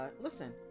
listen